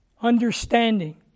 understanding